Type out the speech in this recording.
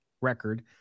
record